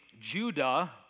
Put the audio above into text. Judah